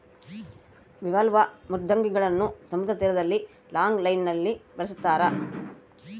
bivalve ಮೃದ್ವಂಗಿಗಳನ್ನು ಸಮುದ್ರ ತೀರದಲ್ಲಿ ಲಾಂಗ್ ಲೈನ್ ನಲ್ಲಿ ಬೆಳಸ್ತರ